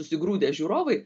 susigrūdę žiūrovai